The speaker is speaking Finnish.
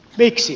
miksi